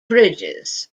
bridges